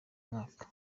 mwaka